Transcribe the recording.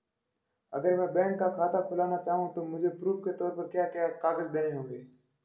अगर मैं बैंक में खाता खुलाना चाहूं तो मुझे प्रूफ़ के तौर पर क्या क्या कागज़ देने होंगे?